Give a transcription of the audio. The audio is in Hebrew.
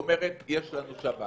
היא אומרת יש לנו שב"כ.